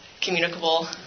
communicable